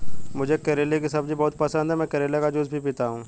मुझे करेले की सब्जी बहुत पसंद है, मैं करेले का जूस भी पीता हूं